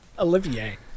Olivier